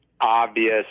obvious